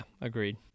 agreed